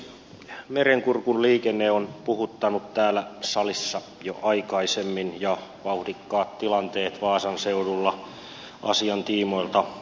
merenkurkun liikenne on puhuttanut täällä salissa jo aikaisemmin ja vauhdikkaat tilanteet vaasan seudulla asian tiimoilta jatkuvat